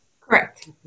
Correct